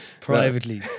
privately